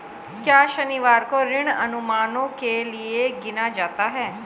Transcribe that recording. क्या शनिवार को ऋण अनुमानों के लिए गिना जाता है?